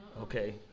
okay